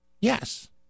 Yes